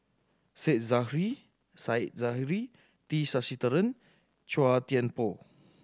Say Zahari Said Zahari T Sasitharan Chua Thian Poh